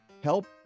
Help